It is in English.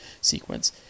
sequence